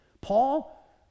Paul